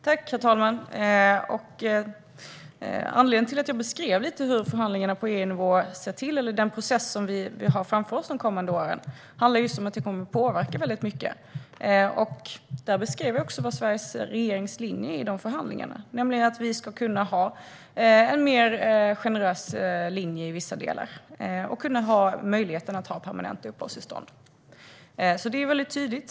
Herr talman! Anledningen till att jag beskrev lite om hur det går till med förhandlingarna på EU-nivå och den process som vi har framför oss de kommande åren är att detta kommer att påverka väldigt mycket. Jag beskrev också vilken Sveriges regerings linje är i de förhandlingarna, nämligen att vi ska kunna ha en generösare linje i vissa delar och kunna ha möjlighet till permanenta uppehållstillstånd. Detta är väldigt tydligt.